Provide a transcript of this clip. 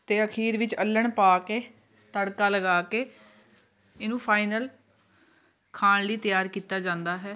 ਅਤੇ ਅਖੀਰ ਵਿੱਚ ਅੱਲ੍ਹਣ ਪਾ ਕੇ ਤੜਕਾ ਲਗਾ ਕੇ ਇਹਨੂੰ ਫਾਈਨਲ ਖਾਣ ਲਈ ਤਿਆਰ ਕੀਤਾ ਜਾਂਦਾ ਹੈ